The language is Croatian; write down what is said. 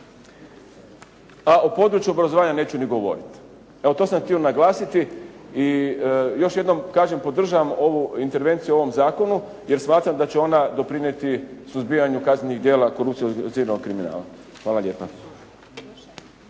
A o području obrazovanja neću ni govoriti. Evo, to sam htio naglasiti i još jednom kažem podržavam ovu intervenciju u ovom zakonu jer smatram da ću onda doprinijeti suzbijanju kaznenih djela korupcije i organiziranog kriminala. Hvala lijepa.